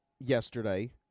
yesterday